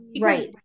right